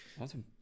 Awesome